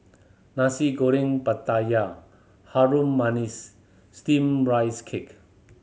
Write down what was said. Nasi Goreng Pattaya Harum Manis Steamed Rice Cake